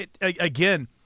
again